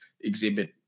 exhibit